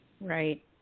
Right